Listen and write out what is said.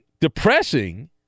depressing